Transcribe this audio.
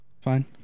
fine